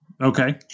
Okay